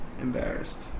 Embarrassed